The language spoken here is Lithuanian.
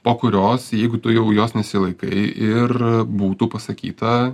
po kurios jeigu tu jau jos nesilaikai ir būtų pasakyta